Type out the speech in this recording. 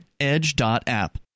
edge.app